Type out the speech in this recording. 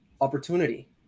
opportunity